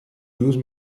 douze